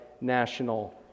national